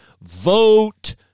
vote